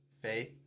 faith